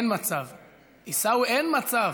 אין מצב.